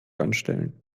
anstellen